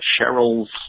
Cheryl's